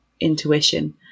intuition